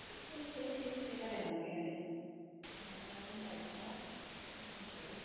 एसे एसे एसे एसे बारायलांबाय आरो सानफा एफा सानफा एफा आइटेम खौ